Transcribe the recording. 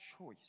choice